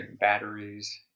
batteries